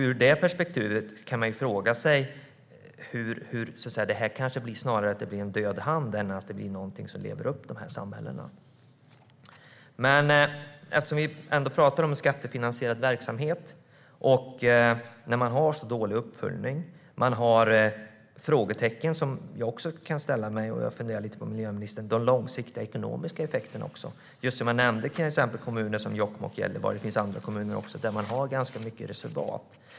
Ur det perspektivet kan man fråga sig om inte detta snarare blir en död hand än någonting som gör att samhällena lever upp. Vi talar om skattefinansierad verksamhet. Man har dålig uppföljning, och det finns frågetecken och frågor som också jag kan ställa mig. Jag funderar på de långsiktiga ekonomiska effekterna, miljöministern. Som jag nämnde finns det kommuner som Jokkmokk, Gällivare och även andra där man har ganska mycket reservat.